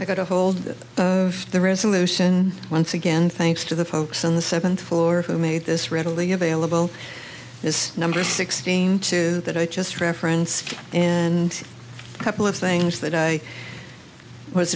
i got ahold of the resolution once again thanks to the folks on the seventh floor who made this readily available is number sixteen two that i just referenced and a couple of things that i was